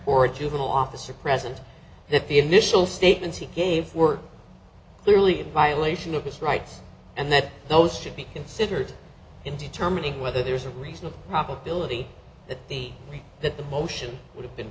or a juvenile officer present that the initial statements he gave were clearly in violation of his rights and that those should be considered in determining whether there's a reasonable probability that he that the motion would have been